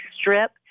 Strip